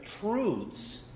truths